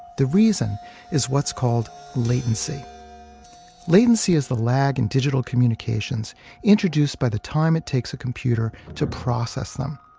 the reason is what's called latency latency is the lag in digital communications introduced by the time it takes a computer to process them.